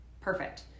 Perfect